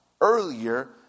earlier